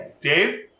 Dave